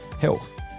health